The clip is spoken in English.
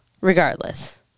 regardless